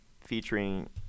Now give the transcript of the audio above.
featuring